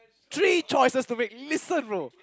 three choices to make listen bro